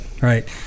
right